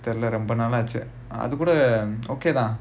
இல்ல ரொம்ப நாள் ஆச்சி அதுகூட:illa romba naal aachi athukuda okay lah